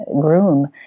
groom